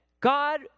God